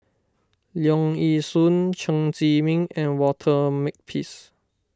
Leong Yee Soo Chen Zhiming and Walter Makepeace